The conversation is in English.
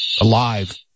alive